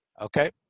Okay